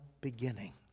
beginning